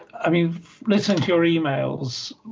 i mean listen to your emails,